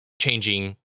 changing